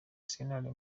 sentare